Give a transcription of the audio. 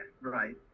right